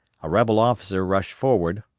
a rebel officer rushed forward,